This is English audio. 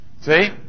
See